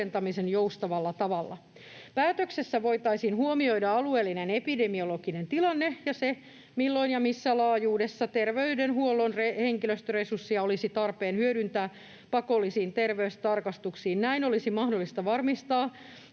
joustavalla tavalla. Päätöksessä voitaisiin huomioida alueellinen epidemiologinen tilanne ja se, milloin ja missä laajuudessa terveydenhuollon henkilöstöresurssia olisi tarpeen hyödyntää pakollisiin terveystarkastuksiin. Näin olisi mahdollista varmistaa,